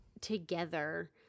together